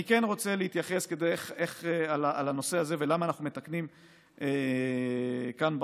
אני רוצה להתייחס לנושא הזה ולמה שאנחנו מתקנים כאן בחוק.